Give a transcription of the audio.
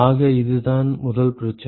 ஆக இதுதான் முதல் பிரச்சனை